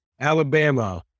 Alabama